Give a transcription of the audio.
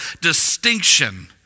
distinction